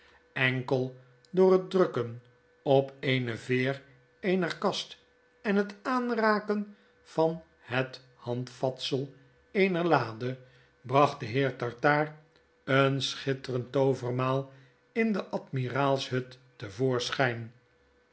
enkel door het drukken op eene veer eener kast en het aanraken van het handvatsel eener lade bracht de heer tartaar een schitterend toovermaal in de admiraalshut te